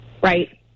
Right